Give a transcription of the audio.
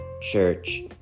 church